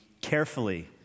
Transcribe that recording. carefully